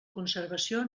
conservació